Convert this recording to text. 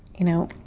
you know,